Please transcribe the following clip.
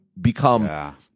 become –